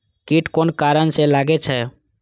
कीट कोन कारण से लागे छै?